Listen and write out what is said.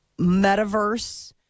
Metaverse